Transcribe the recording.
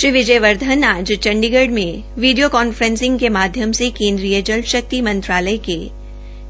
श्री विजय वर्धन आज चंडीगढ़ में video conferencing के माध्यम से केन्द्रीय जल शक्ति मंत्रालय के